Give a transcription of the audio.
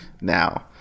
Now